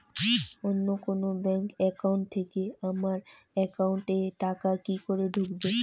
অন্য কোনো bank account থেকে আমার একাউন্ট এ টাকা কি করে ঢুকবে?